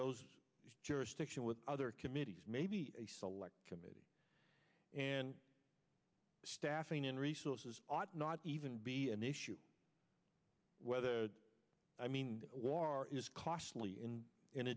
those jurisdiction with other committees maybe a select committee and staffing in resources ought not even be an issue whether i mean war is costly and in